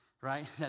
right